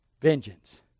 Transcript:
Vengeance